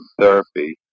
therapy